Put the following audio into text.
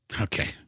Okay